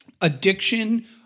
addiction